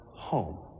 home